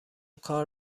کار